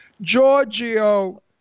Giorgio